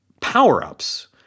power-ups